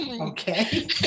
Okay